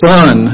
Son